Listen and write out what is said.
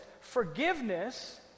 forgiveness